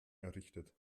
errichtet